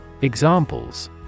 Examples